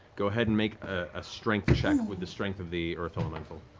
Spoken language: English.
go ahead and make a strength check, with the strength of the earth elemental.